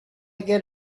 get